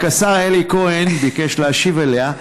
רק השר אלי כהן ביקש להשיב עליה.